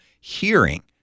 hearing